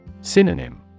Synonym